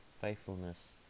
faithfulness